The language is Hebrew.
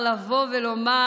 ולומר: